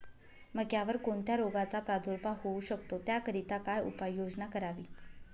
मक्यावर कोणत्या रोगाचा प्रादुर्भाव होऊ शकतो? त्याकरिता काय उपाययोजना करावी?